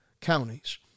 counties